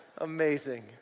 Amazing